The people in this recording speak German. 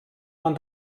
man